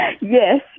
Yes